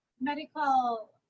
medical